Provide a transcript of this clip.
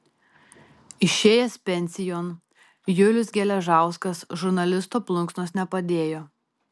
išėjęs pensijon julius geležauskas žurnalisto plunksnos nepadėjo